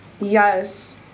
Yes